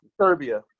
Serbia